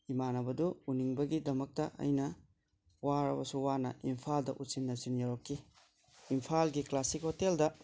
ꯏꯃꯥꯟꯅꯕꯗꯨ ꯎꯅꯤꯡꯕꯒꯤꯗꯃꯛꯇ ꯑꯩꯅ ꯋꯥꯔꯕꯁꯨ ꯋꯥꯅ ꯏꯝꯐꯥꯜꯗ ꯎꯆꯤꯟ ꯅꯥꯆꯤꯟꯅ ꯌꯧꯔꯛꯈꯤ ꯏꯝꯐꯥꯜꯒꯤ ꯀ꯭ꯂꯥꯏꯁꯤꯛ ꯍꯣꯇꯦꯜꯗ